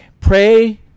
pray